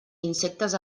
insectes